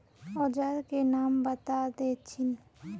औजार के नाम बता देथिन?